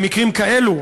במקרים כאלה,